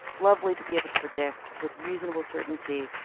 lovely to be able to predict, with reasonable certainty,